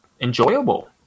enjoyable